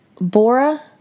Bora